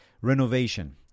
renovation